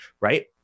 Right